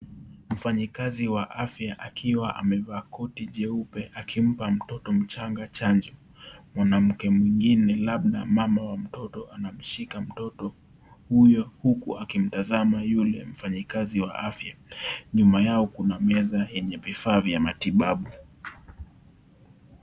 Mfayekazi wa afya akiwa amevaa koti jeupe, akimpa mtoto mchanga chanjo. Mwanmke mwengine labda mama wa mtoto anamshika mtoto huyo, huku akimtazama huyo mfanyikazi wa afya. Nyuma yao kuna meza yenye vifaa vya matibabu.